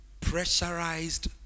pressurized